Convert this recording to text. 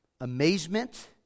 Amazement